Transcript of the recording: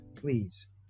please